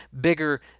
bigger